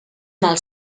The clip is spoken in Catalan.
mal